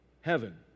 heaven